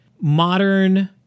modern